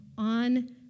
On